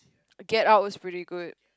get out is pretty good